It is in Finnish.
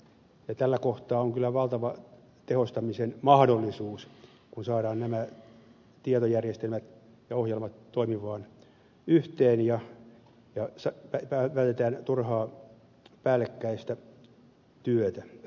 tällä kohtaa on kyllä valtava tehostamisen mahdollisuus kun saadaan nämä tietojärjestelmät ja ohjelmat toimimaan yhteen ja vältetään turhaa päällekkäistä työtä